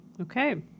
okay